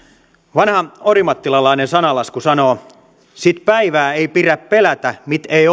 vanha orimattilalainen sananlasku sanoo sit päivää ei pirä pelätä mit ei